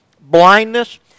blindness